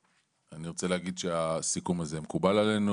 אני רוצה להגיד שהסיכום הזה מקובל עלינו